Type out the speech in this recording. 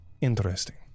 Interesting